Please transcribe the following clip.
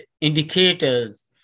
indicators